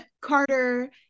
carter